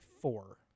four